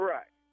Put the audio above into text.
Right